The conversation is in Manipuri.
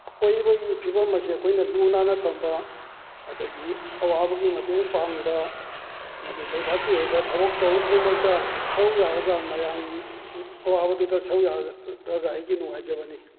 ꯑꯩꯛꯣꯏꯕꯒꯤ ꯐꯤꯕꯝ ꯑꯁꯤ ꯑꯩꯈꯣꯏꯅ ꯂꯨꯅ ꯅꯥꯟꯅ ꯊꯝꯕ ꯑꯗꯨꯗꯒꯤ ꯑꯋꯥꯕꯒꯤ ꯃꯇꯦꯡ ꯄꯥꯡꯕ ꯑꯃꯗꯤ ꯂꯩꯕꯥꯛꯀꯤ ꯑꯣꯏꯕ ꯊꯕꯛ ꯊꯧꯔꯝ ꯈꯨꯗꯤꯡꯃꯛꯇ ꯁꯔꯨꯛ ꯌꯥꯔꯒ ꯃꯌꯥꯝꯒꯤ ꯑꯋꯥꯕꯗꯨꯗ ꯁꯔꯨꯛ ꯌꯥꯔꯒ ꯑꯩꯒꯤ ꯅꯨꯉꯉꯥꯏꯖꯕꯅꯤ